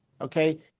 okay